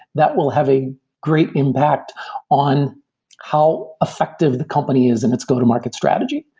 that will have a great impact on how effective the company is in its go-to-market strategy.